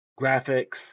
graphics